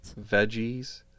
veggies